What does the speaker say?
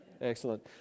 Excellent